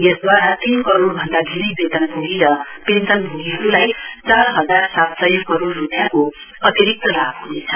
यसद्वारा तीन करोडभन्दा धेरै वेतनभोगी र पेन्सनभोगीहरूलाई चार हजार सात सय करोड रूपियाँको अतिरिक्त लाभ ह्नेछ